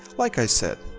like i said,